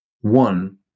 One